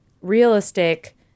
realistic